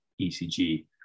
ECG